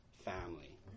family